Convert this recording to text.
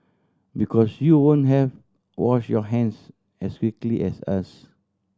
because you won't have washed your hands as quickly as us